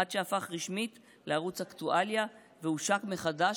עד שהפך רשמית לערוץ אקטואליה והושק מחדש